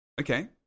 okay